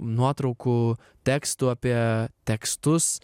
nuotraukų tekstų apie tekstus